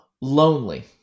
Lonely